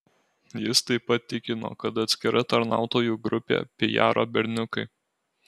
jis taip pat tikino kad atskira tarnautojų grupė pijaro berniukai